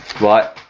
right